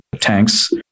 tanks